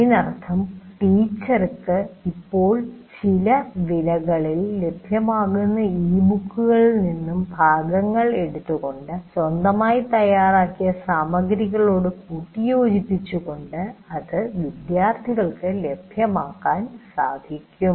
അതിനർത്ഥം ടീച്ചർക്ക് ഇപ്പോൾ ചില വിലകളിൽ ലഭ്യമാകുന്ന ഈ ബുക്കുകളിൽ നിന്നും ഭാഗങ്ങൾ എടുത്തുകൊണ്ട് സ്വന്തമായി തയ്യാറാക്കിയ സാമഗ്രികളോട് കൂട്ടിയോജിപ്പിച്ചു കൊണ്ട് അത് വിദ്യാർത്ഥികൾക്ക് ലഭ്യമാക്കാൻ സാധിക്കും